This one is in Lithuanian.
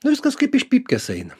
nu viskas kaip iš pypkės eina